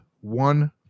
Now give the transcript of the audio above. One